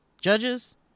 Judges